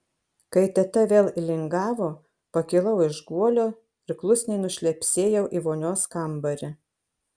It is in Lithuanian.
kai teta vėl įlingavo pakilau iš guolio ir klusniai nušlepsėjau į vonios kambarį